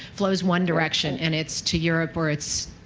flows one direction. and it's to europe or it's